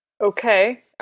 Okay